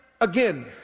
again